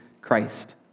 Christ